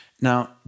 Now